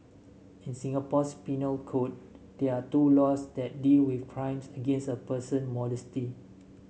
in Singapore's penal code there are two laws that deal with crimes against a person modesty